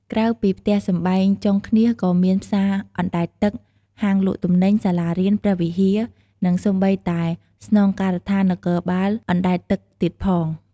ក្រៅពីផ្ទះសម្បែង ចុងឃ្នាសក៏មានផ្សារអណ្ដែតទឹក ហាងលក់ទំនិញ សាលារៀន ព្រះវិហារ និងសូម្បីតែស្នងការដ្ឋាននគរបាលអណ្ដែតទឹកទៀតផង។